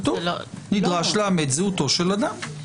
כתוב: "נדרש לאמת זהותו של אדם".